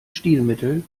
stilmittel